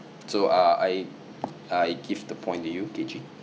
so uh I I give the point the u k g